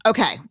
Okay